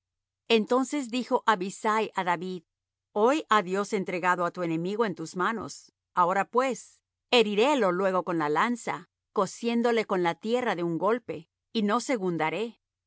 entonces dijo abisai á david hoy ha dios entregado á tu enemigo en tus manos ahora pues herirélo luego con la lanza cosiéndole con la tierra de un golpe y no